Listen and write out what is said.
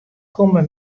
komme